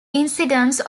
incidence